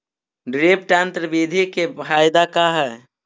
Drip तन्त्र बिधि के फायदा का है?